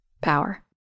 Power